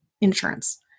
insurance